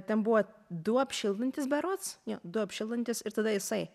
ten buvo du apšildantys berods du apšildantys ir tada jisai